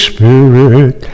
Spirit